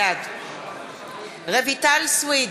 בעד רויטל סויד,